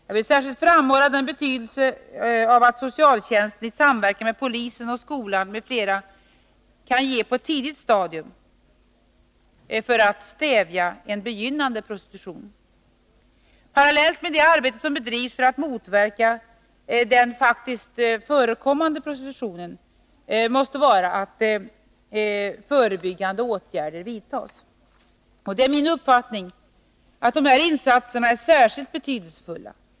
Jag vill särskilt framhålla betydelsen av att socialtjänsten i samverkan med polisen och skolan m.fl. på ett tidigt stadium kan stävja en begynnande prostitution. Parallellt med det arbete som bedrivs för att motverka den prostitution som faktiskt förekommer måste också förebyggande åtgärder vidtas. Det är min uppfattning att de förebyggande insatserna är särskilt betydelsefulla.